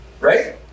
right